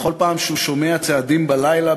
בכל פעם שהוא שומע צעדים בלילה,